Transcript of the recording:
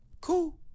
cool